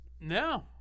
No